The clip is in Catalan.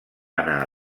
anar